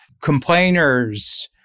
Complainers